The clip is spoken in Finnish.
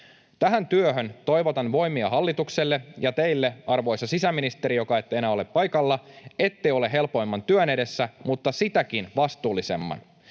Tähän työhön toivotan voimia hallitukselle ja teille, arvoisa sisäministeri, joka ette enää ole paikalla. Ette ole helpoimman työn edessä, mutta sitäkin vastuullisemman.